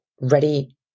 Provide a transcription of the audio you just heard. ready